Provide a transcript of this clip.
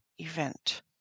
event